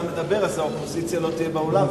מדבר אז האופוזיציה לא תהיה באולם,